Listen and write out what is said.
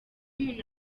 umuntu